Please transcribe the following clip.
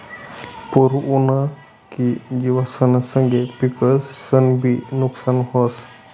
पूर उना की जिवसना संगे पिकंसनंबी नुकसान व्हस